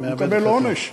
מקבל עונש.